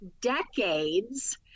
decades